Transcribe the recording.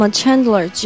Chandler